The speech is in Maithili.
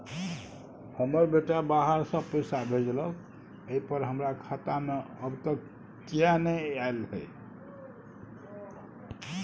हमर बेटा बाहर से पैसा भेजलक एय पर हमरा खाता में अब तक किये नाय ऐल है?